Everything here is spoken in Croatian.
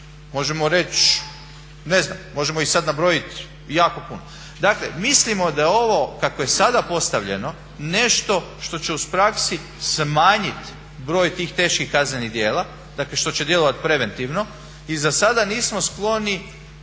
možemo reći ne znam možemo ih sad nabrojiti jako puno. Dakle, mislimo da ovo kako je sada postavljeno je nešto što će u praksi smanjiti broj tih teških kaznenih djela, dakle što će djelovati preventivno i zasada nismo skloni